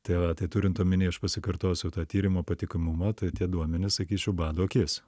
tai va tai turint omeny aš pasikartosiu tą tyrimo patikimumą tai tie duomenys sakyčiau bado akis